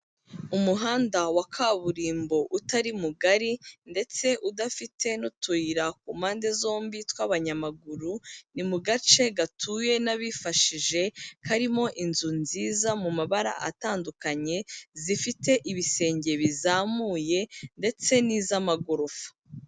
Umuhanda wa kaburimbo utari mugari, ndetse udafite n'utuyira ku mpande zombi tw'abanyamaguru; ni mu gace gatuwe n'abifashije, karimo inzu nziza mu mabara atandukanye, zifite ibisenge bizamuye ndetse n'iz'amagorofa.